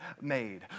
made